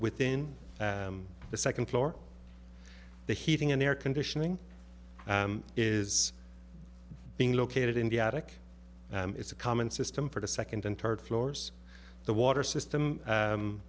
within the second floor the heating and air conditioning is being located in the attic and it's a common system for the second and third floors the water system